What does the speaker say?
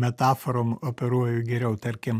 metaforom operuoju geriau tarkim